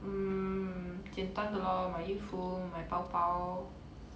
mm 简单的 loh 买衣服买包包